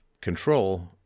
control